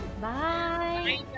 Bye